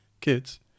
kids